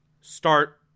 Start